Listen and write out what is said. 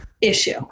issue